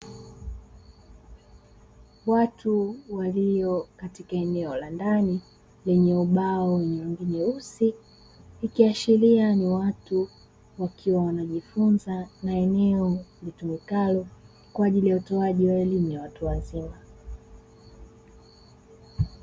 Watu walio katika eneo la ndani lenye ubao wenye rangi nyeusi, ikiashiria ni watu wakiwa wanajifunza na eneo litumikalo kwa ajili ya utoaji wa elimu ya watu wazima.